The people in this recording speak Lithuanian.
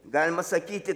galima sakyti